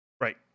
right